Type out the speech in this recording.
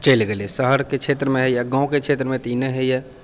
चलि गेलै शहरके क्षेत्रमे होइए गाँवके क्षेत्रमे तऽ ई नहि होइए